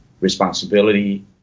responsibility